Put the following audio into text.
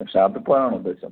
ഷാപ്പി പോവാനാണോ ഉദ്ദേശം